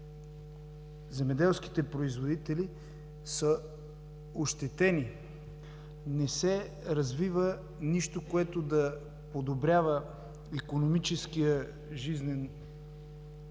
земеделските производители са ощетени. Не се развива нищо, което да подобрява икономическия жизнен цикъл